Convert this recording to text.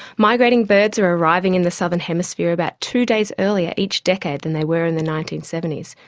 migrating birds are arriving in the southern hemisphere about two days earlier each decade than they were in the nineteen seventy s,